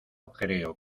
creo